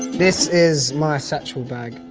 this is my satchel bag.